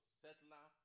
settler